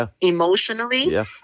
emotionally